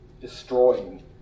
destroying